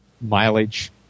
mileage